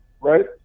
Right